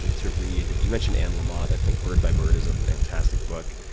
and to read. you mentioned ann lamott. i think bird by bird is a fantastic book.